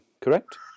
correct